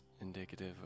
indicative